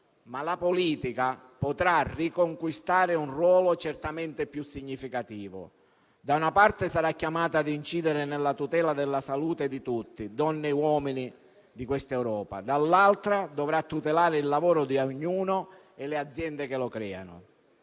ma la politica potrà riconquistare un ruolo certamente più significativo: da una parte sarà chiamata a incidere nella tutela della salute di tutti, donne e uomini di questa Europa, dall'altra dovrà tutelare il lavoro di ognuno e le aziende che lo creano.